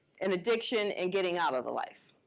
and addiction and getting out of the life.